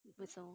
我知道